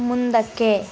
ಮುಂದಕ್ಕೆ